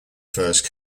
first